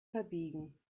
verbiegen